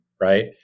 right